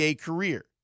career